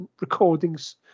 recordings